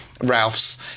Ralph's